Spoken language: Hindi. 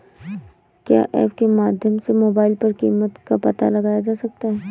क्या ऐप के माध्यम से मोबाइल पर कीमत का पता लगाया जा सकता है?